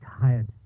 tired